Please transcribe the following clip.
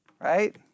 right